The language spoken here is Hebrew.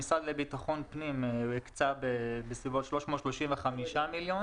המשרד לביטחון פנים הקצה בסביבות 335 מיליון